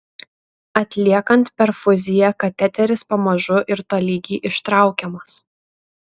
atliekant perfuziją kateteris pamažu ir tolygiai ištraukiamas